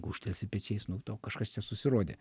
gūžtelsi pečiais nu tau kažkas čia susirodė